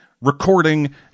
recording